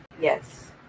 Yes